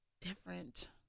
different